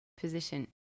position